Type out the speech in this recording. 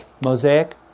mosaic